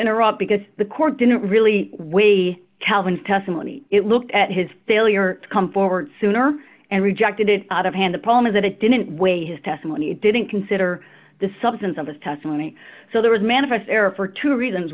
interrupt because the court didn't really weigh the calvin's testimony it looked at his failure to come forward sooner and rejected it out of hand the problem is that it didn't weigh his testimony it didn't consider the substance of his testimony so there was manifest error for two reasons